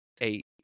eight